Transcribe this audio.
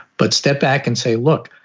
but step back and say, look,